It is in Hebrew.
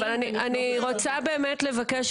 אני רוצה באמת לבקש,